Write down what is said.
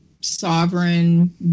sovereign